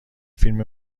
فیلم